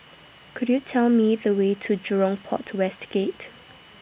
Could YOU Tell Me The Way to Jurong Port West Gate